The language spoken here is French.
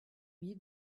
mille